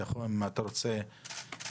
אם אתה רוצה להתייחס.